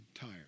tired